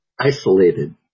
isolated